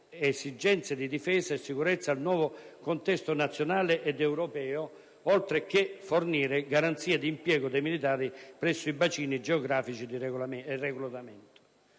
esigenze di difesa e sicurezza al nuovo contesto nazionale ed europeo, oltre che fornire garanzie di impiego dei militari presso i bacini geografici di reclutamento;